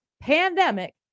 pandemic